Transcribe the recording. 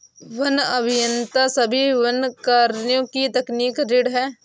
one अभियंता सभी वन कार्यों की तकनीकी रीढ़ हैं